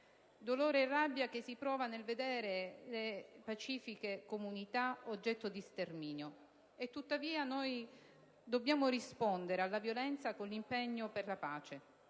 dolore e rabbia, che si provano nel vedere pacifiche comunità oggetto di sterminio. Tuttavia, noi dobbiamo rispondere alla violenza con l'impegno per la pace